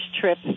trip